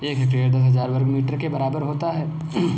एक हेक्टेयर दस हजार वर्ग मीटर के बराबर होता है